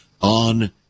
on